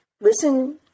Listen